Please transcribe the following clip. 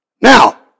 Now